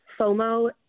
FOMO